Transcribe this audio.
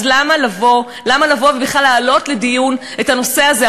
אז למה לבוא ובכלל להעלות לדיון את הנושא הזה,